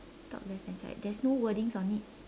top left hand side there's no wordings on it